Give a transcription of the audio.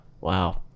wow